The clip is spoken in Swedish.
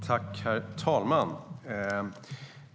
Herr talman!